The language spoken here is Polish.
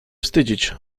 wstydzić